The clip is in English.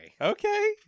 Okay